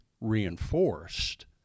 reinforced